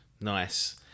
Nice